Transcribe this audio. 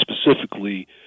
specifically